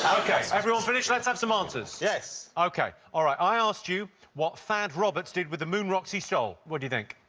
ok, everyone finished? let's have some answers. yes. ok, all right. i asked you what thad roberts did with the moon rocks he stole, what do you think?